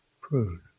prune